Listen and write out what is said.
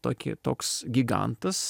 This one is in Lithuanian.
tokį toks gigantas